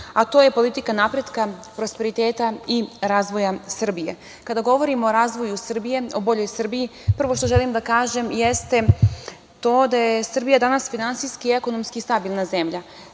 a to je politika napretka, prosperiteta i razvoja Srbije. Kada govorimo o razvoju Srbije, o boljoj Srbiji, prvo što želim da kažem jeste to da je Srbija danas finansijski ekonomski stabilna zemlja,